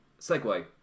segue